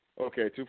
Okay